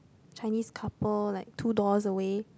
Chinese couple like two doors away